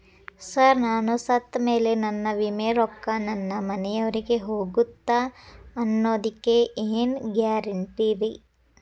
Sir ನಾನು ಸತ್ತಮೇಲೆ ನನ್ನ ವಿಮೆ ರೊಕ್ಕಾ ನನ್ನ ಮನೆಯವರಿಗಿ ಹೋಗುತ್ತಾ ಅನ್ನೊದಕ್ಕೆ ಏನ್ ಗ್ಯಾರಂಟಿ ರೇ?